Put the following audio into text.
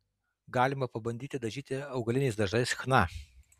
galima pabandyti dažyti augaliniais dažais chna